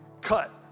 cut